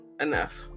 enough